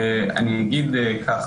אגיד כך.